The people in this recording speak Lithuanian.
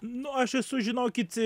nu aš esu žinokit